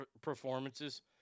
performances